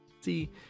see